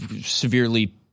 severely